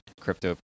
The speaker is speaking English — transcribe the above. crypto